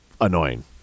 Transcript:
annoying